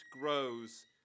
grows